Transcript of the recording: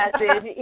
message